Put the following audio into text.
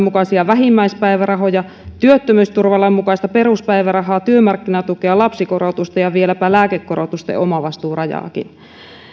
mukaisia vähimmäispäivärahoja työttömyysturvalain mukaista peruspäivärahaa työmarkkinatukea lapsikorotusta ja vieläpä lääkekorvausten omavastuurajaakin